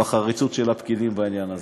בחריצות של הפקידים בעניין הזה.